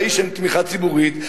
כשלאיש אין תמיכה ציבורית,